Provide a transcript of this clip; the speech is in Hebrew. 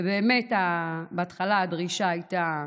ובאמת, בהתחלה הדרישה הייתה מופקעת,